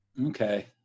Okay